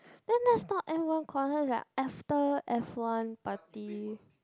then that's not F one concert it's like after F one party